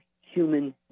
human